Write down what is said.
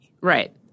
Right